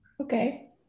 Okay